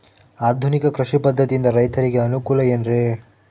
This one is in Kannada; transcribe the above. ಆಧುನಿಕ ಕೃಷಿ ಪದ್ಧತಿಯಿಂದ ರೈತರಿಗೆ ಅನುಕೂಲ ಏನ್ರಿ?